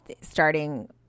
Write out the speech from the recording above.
starting